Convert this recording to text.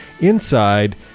inside